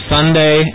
Sunday